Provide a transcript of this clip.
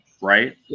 right